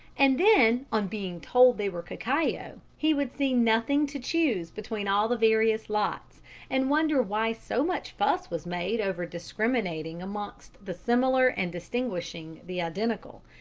and then, on being told they were cacao, he would see nothing to choose between all the various lots and wonder why so much fuss was made over discriminating amongst the similar and distinguishing the identical.